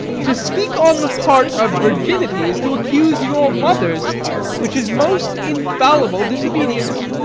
to speak on the part of virginity is to accuse your mothers which is most infallible disobedience.